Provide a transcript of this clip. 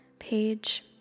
page